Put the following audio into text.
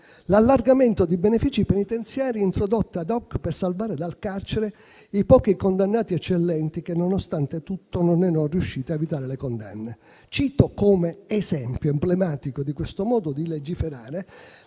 l'allargamento dei benefici penitenziari introdotto *ad hoc* per salvare dal carcere i pochi condannati eccellenti che, nonostante tutto, non erano riusciti a evitare le condanne. Cito, come esempio emblematico di questo modo di legiferare,